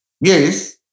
Yes